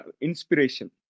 inspiration